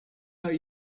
let